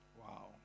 Wow